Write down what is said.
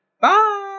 Bye